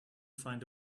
find